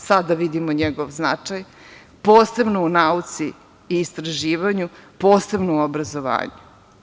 Sada vidimo njegov značaj, posebno u nauci i istraživanju, posebno u obrazovanju.